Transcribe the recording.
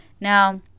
now